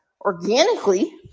organically